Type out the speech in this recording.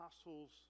apostles